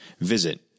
visit